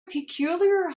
peculiar